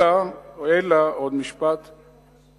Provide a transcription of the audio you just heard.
עולים לפי חוק השבות.